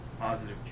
positive